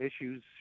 issues